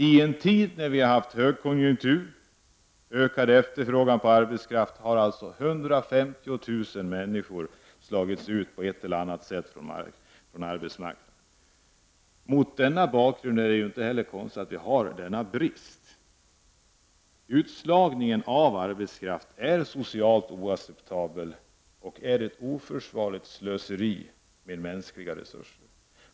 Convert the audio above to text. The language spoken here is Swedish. I en tid då vi har haft högkonjunktur och ökad efterfrågan på arbetskraft har alltså 150 000 människor på ett eller annat sätt slagits ut från arbetsmarknaden. Mot denna bakgrund är det inte konstigt att vi har denna brist. Utslagningen av arbetskraft är socialt oacceptabel och ett oförsvarligt slöseri med mänskliga resurser.